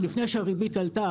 עוד לפני שהריבית עלתה.